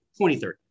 2030